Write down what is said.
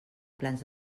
plans